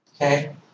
Okay